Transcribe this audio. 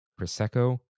Prosecco